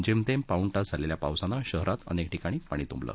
जेमतेम पाऊण तास झालेल्या या पावसानं शहरात अनेक ठिकाणी पाणी तुंबलं